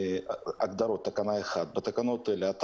הגדרות 1. בתקנות אלה,